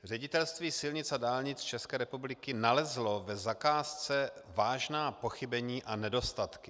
Ředitelství silnic a dálnic České republiky nalezlo v zakázce vážná pochybení a nedostatky.